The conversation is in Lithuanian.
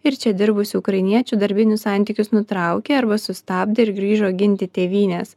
ir čia dirbusių ukrainiečių darbinius santykius nutraukė arba sustabdė ir grįžo ginti tėvynės